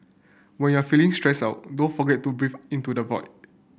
when you are feeling stressed out don't forget to breathe into the void